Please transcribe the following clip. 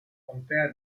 contea